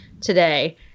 today